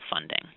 funding